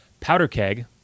powderkeg